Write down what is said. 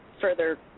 further